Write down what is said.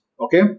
okay